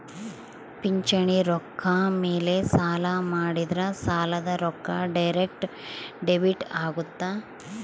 ಪಿಂಚಣಿ ರೊಕ್ಕ ಮೇಲೆ ಸಾಲ ಮಾಡಿದ್ರಾ ಸಾಲದ ರೊಕ್ಕ ಡೈರೆಕ್ಟ್ ಡೆಬಿಟ್ ಅಗುತ್ತ